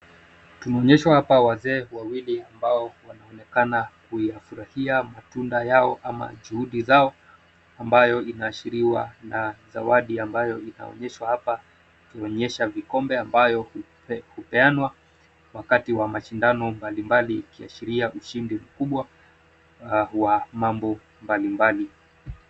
Tunaonyeshwa hapa wazee wawili ambao wanaonekana kuyafurahia matunda yao ama juhudi zao na ambayo inaashiriwa na zawadi ambayo inaonyeshwa hapa kuonyesha vikombe ambayo hupeanwa wakati wa mashindano mbalimbali ikiashiria ushindi mkubwa wa mambo mbalimbali.